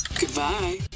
Goodbye